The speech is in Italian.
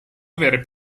avere